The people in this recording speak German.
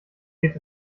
geht